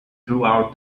throughout